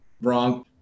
wrong